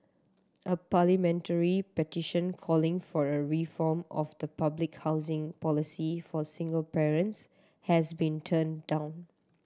a parliamentary petition calling for a reform of the public housing policy for single parents has been turned down